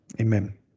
Amen